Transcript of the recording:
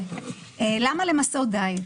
למה למסות דיאט